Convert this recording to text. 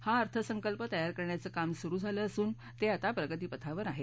हा अर्थसंकल्प तयार करण्याचं काम सुरू झालं असून ते आता प्रगतीपथावर आहे